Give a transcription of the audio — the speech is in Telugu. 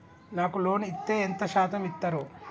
నాకు లోన్ ఇత్తే ఎంత శాతం ఇత్తరు?